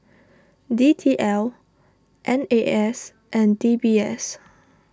D T L N A S and D B S